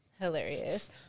hilarious